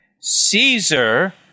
Caesar